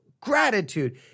gratitude